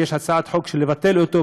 ויש הצעת חוק לבטל אותו,